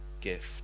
gift